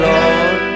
Lord